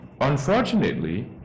Unfortunately